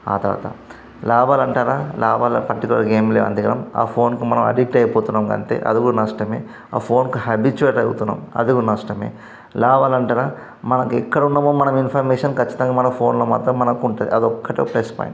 ఆ తర్వాత లాభాలు అంటారా లాభాలు పర్టికులర్గా ఏమి లేవు అంతగనం ఆ ఫోన్కి మనం అడిక్ట్ అయిపోతున్నాం అంతే అది కూడా నష్టం ఆ ఫోన్కి హ్యాబిచ్యువేట్ అవుతున్నాం అది కూడా నష్టం లాభాలు అంటారా మనకు ఎక్కడ ఉన్నామో మన ఇన్ఫర్మేషన్ ఖచ్చితంగా మన ఫోన్లో మాత్రం మనకు ఉంటుంది అది ఒకటి ప్లస్ పాయింట్